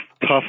tough